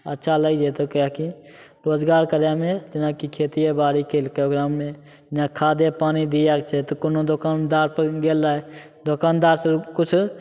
अच्छा लागि जेतौ किएकि रोजगार करैमे जेनाकि खेतिये बाड़ी केलकै ओकरामे जेना खादे पानि दिअके छै तऽ कोनो दोकनदार पर गेलै दोकनदार सऽ किछु